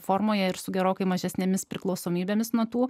formoje ir su gerokai mažesnėmis priklausomybėmis nuo tų